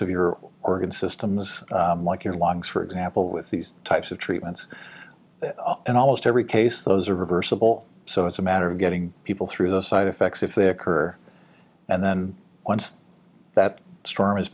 your organ systems like your lungs for example with these types of treatments in almost every case those are reversible so it's a matter of getting people through the side effects if they occur and then once that storm h